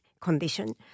condition